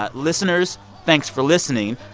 but listeners, thanks for listening.